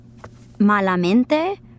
Malamente